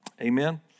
Amen